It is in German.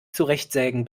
zurechtsägen